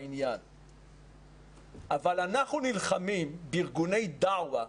אבל אנחנו נלחמים בארגוני דעוה,